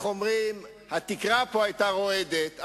אוי, התקרה פה היתה רועדת.